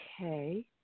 Okay